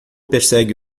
persegue